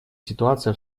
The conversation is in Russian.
ситуация